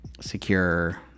secure